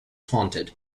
haunted